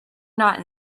not